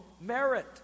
merit